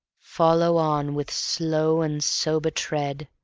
follow on with slow and sober tread,